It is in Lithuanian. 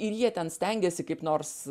ir jie ten stengiasi kaip nors